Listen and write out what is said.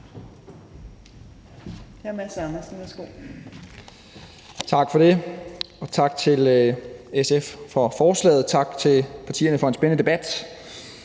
Mads Andersen (KF): Tak for det, tak til SF for forslaget, og tak til partierne for en spændende debat.